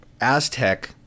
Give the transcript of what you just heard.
Aztec